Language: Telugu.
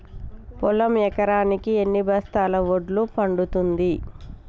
పొలం ఎకరాకి ఎన్ని బస్తాల వడ్లు పండుతుంది?